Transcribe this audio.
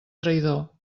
traïdor